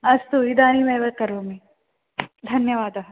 अस्तु इदानीमेव करोमि धन्यवादः